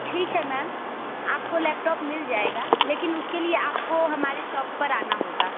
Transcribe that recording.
ठीक है मैम आपको लैपटॉप मिल जाएगा लेकिन उसके लिए आपको हमारे शॉप पर आना होगा